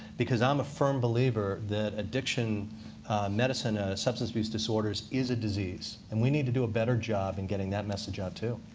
because i'm a firm believer that addiction medicine, substance use disorders, is a disease. and we need to do a better job in getting that message out, too.